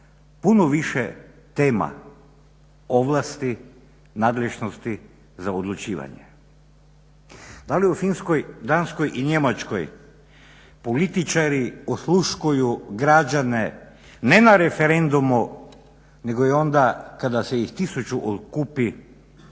puno više tema ovlasti, nadležnosti za odlučivanje. Da li u Finskoj, Danskoj i Njemačkoj političari osluškuju građane ne na referendumu nego i onda kada se ih tisuću okupi